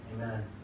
Amen